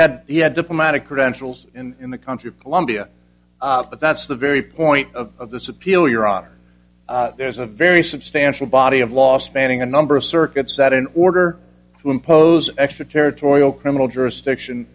had he had diplomatic rentals and in the country of colombia but that's the very point of this appeal your honor there's a very substantial body of law spanning a number of circuits that in order to impose extra territorial criminal jurisdiction